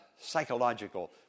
psychological